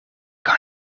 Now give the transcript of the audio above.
kan